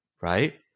Right